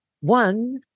One